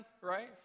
Right